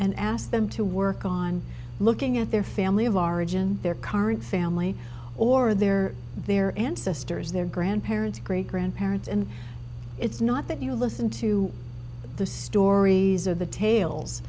and ask them to work on looking at their family of origin their current family or their their ancestors their grandparents great grandparents and it's not that you listen to the stories or the ta